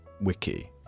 wiki